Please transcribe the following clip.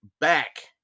back